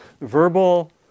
verbal